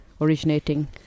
originating